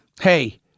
hey